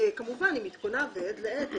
כמובן עם עדכוניו מעת לעת.